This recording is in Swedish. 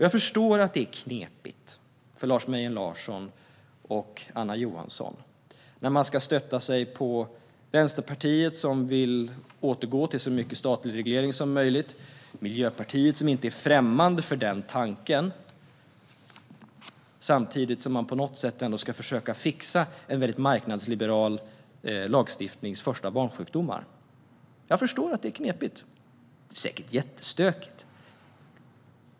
Jag förstår att det är knepigt för Lars Mejern Larsson och Anna Johansson att stödja sig på Vänsterpartiet, som vill återgå till så mycket statlig reglering som möjligt, och Miljöpartiet, som inte är främmande för den tanken, samtidigt som de på något sätt ska försöka fixa en väldigt marknadsliberal lagstiftnings första barnsjukdomar. Jag förstår att det är knepigt. Det är säkert jättestökigt.